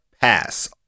pass